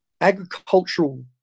agricultural